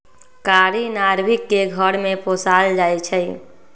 कारी नार्भिक के घर में पोशाल जाइ छइ